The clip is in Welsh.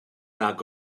nag